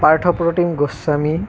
Parthapratim Goswami